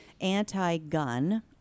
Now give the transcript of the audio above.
anti-gun